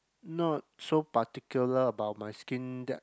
not so particular about my skin that